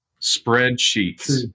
spreadsheets